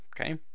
okay